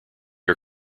are